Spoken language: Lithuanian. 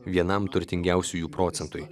vienam turtingiausiųjų procentui